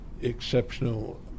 exceptional